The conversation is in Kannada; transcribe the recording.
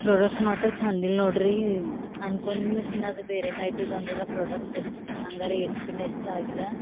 ಪ್ರೊಡಕ್ಟ್ ಮಾತ್ರ ಚಂದಿಲ್ಲ ನೋಡಿರಿ ಅನ್ಕೊಂದಿನಕ್ಕಿನ್ನ ಅದು ಬೇರೆ ಟೈಪೇ ಬಂದದ ಪ್ರೊಡಕ್ಟ್ ನಂಗರ ಎಷ್ಟು ಭೀನೆ ಇಷ್ಟ ಆಗಿಲ್ಲ